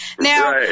Now